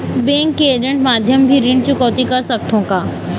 Bank के agent माध्यम भी ऋण चुकौती कर सकथों?